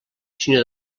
sinó